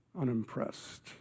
unimpressed